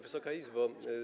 Wysoka Izbo!